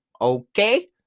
okay